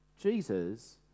Jesus